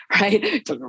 right